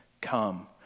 come